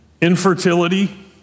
infertility